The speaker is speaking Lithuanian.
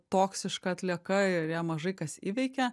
toksiška atlieka ir ją mažai kas įveikia